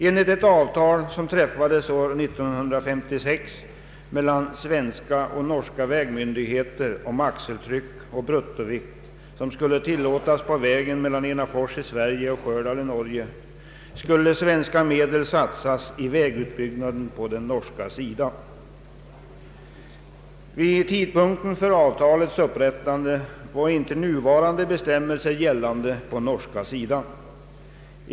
Enligt ett avtal, som träffades år 1956 mellan svenska och norska vägmyndigheter om axeltryck och bruttovikt som skulle tillåtas på vägen mellan Enafors i Sverige och Stjördal i Norge, skulle svenska medel satsas i vägutbyggnaden på den norska sidan. Vid tidpunkten för avtalets upprättande var inte nuvarande bestämmelser gällande på den norska sidan.